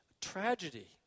tragedy